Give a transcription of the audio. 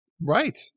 right